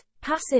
passive